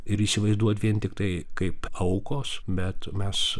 ir įsivaizduot vien tiktai kaip aukos bet mes